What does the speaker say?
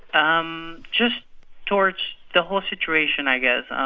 um just towards the whole situation, i guess. um